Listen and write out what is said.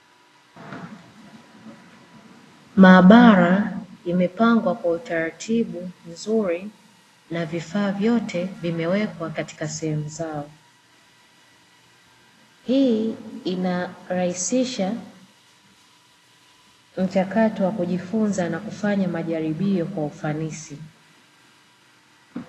Maabara imepangwa kwa utaratibu mzuri na vifaa vyote vimewekwa katika sehemu zao. Hii inarahisisha mchakato wa kujifunza na kufanya majaribio kwa ufanisi.